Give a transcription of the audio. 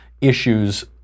issues